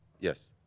Yes